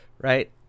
right